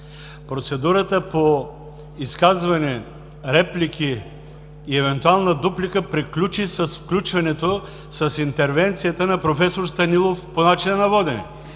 Процедурата по изказване, реплики и евентуална дуплика приключи с включването, с интервенцията на професор, Станилов по начина на водене.